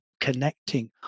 connecting